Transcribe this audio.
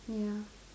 ya